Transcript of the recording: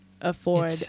afford